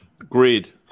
Agreed